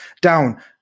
down